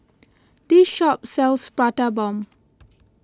this shop sells Prata Bomb